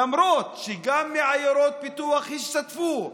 למרות שגם בעיירות פיתוח השתתפו,